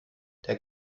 der